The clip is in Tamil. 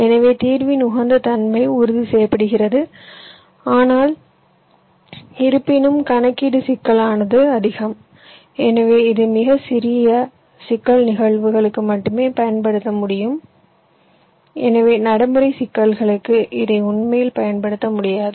எனவே தீர்வின் உகந்த தன்மை உறுதி செய்யப்படுகிறது ஆனால் இருப்பினும் கணக்கீட்டு சிக்கலானது அதிகம் எனவே இது மிகச் சிறிய சிக்கல் நிகழ்வுகளுக்கு மட்டுமே பயன்படுத்தப்பட முடியும் எனவே நடைமுறை சிக்கல்களுக்கு இதை உண்மையில் பயன்படுத்த முடியாது